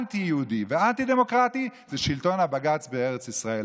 אנטי-יהודי ואנטי-דמוקרטי זה שלטון הבג"ץ בארץ ישראל.